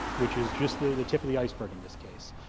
which is just the tip of the iceberg in this case.